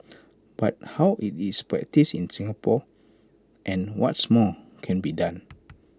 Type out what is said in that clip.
but how is IT practised in Singapore and what's more can be done